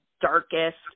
darkest